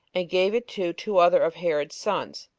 and gave it to two other of herod's sons,